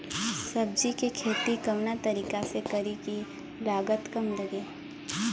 सब्जी के खेती कवना तरीका से करी की लागत काम लगे?